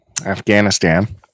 Afghanistan